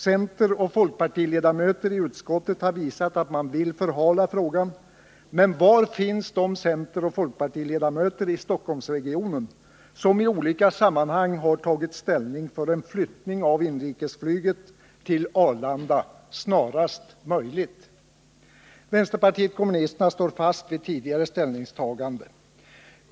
Centeroch folkpartiledamöter i utskottet har visat att man vill förhala frågan. Men var finns de centeroch folkpartiledamöter i Stockholmsregionen som i olika sammanhang tagit ställning för en flyttning av inrikesflyget till Arlanda snarast möjligt? Vänsterpartiet kommunisterna står fast vid tidigare ställningstagande.